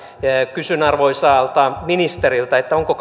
kysyn arvoisalta ministeriltä onko